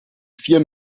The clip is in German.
vier